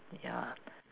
ya